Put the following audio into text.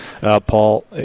Paul